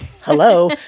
hello